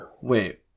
Wait